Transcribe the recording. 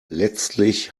letztlich